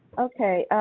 okay.